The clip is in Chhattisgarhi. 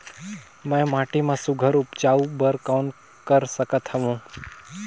मैं माटी मा सुघ्घर उपजाऊ बर कौन कर सकत हवो?